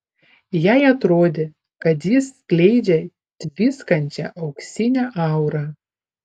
jai atrodė kad jis skleidžia tviskančią auksinę aurą